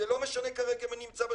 זה לא משנה כרגע מי נמצא בשלטון,